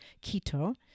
Quito